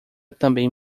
também